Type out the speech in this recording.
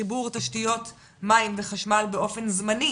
לחיבור תשתיות מים וחשמל באופן זמני,